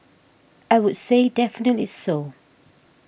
I would say definitely so